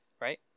right